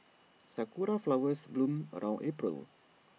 Sakura Flowers bloom around April